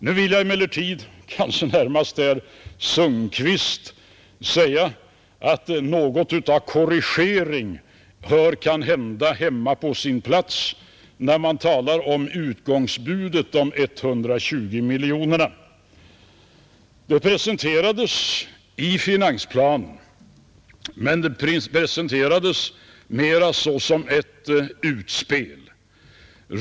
Jag vill emellertid säga, kanske närmast till herr Sundkvist, att något av korrigering kanske är på sin plats när man talar om utgångsbudet — de 120 miljonerna i annonsskatt. Det presenterades i finansplanen den 11 januari men det skedde mera som ett utspel.